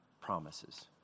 promises